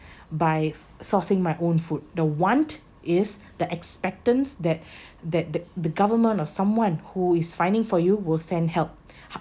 by sourcing my own food the want is the expectants that that the government or someone who is finding for you will send help how~